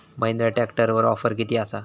महिंद्रा ट्रॅकटरवर ऑफर किती आसा?